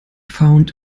found